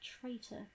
traitor